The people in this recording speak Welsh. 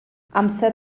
amser